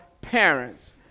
parents